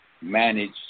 manage